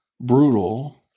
brutal